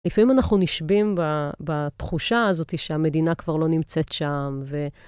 לפעמים אנחנו נשבים בתחושה הזאת שהמדינה כבר לא נמצאת שם ו...